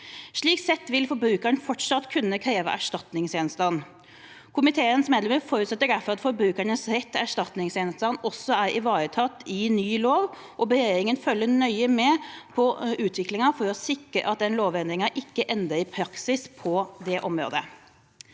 Slik sett vil forbrukeren fortsatt kunne kreve erstatningsgjenstand. Komiteens medlemmer forutsetter derfor at forbrukernes rett til erstatningsgjenstand også er ivaretatt i ny lov, og ber regjeringen følge nøye med på utviklingen for å sikre at den lovendringen ikke endrer praksis på det området.